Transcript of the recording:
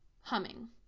Humming